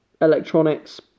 electronics